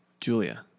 julia